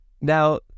Now